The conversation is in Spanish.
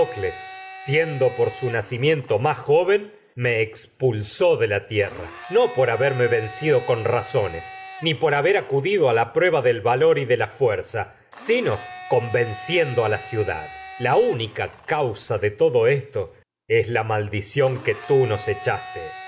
ha a miento berme más joven con expulsó ni tierra no por vencido razones por haber acudido la a prueba la del valor y de la fuerza de sino convenciendo es ciudad la única causa todp esto y la maldición que tii nos los echaste